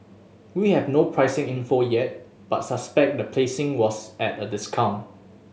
we have no pricing info yet but suspect the placing was at a discount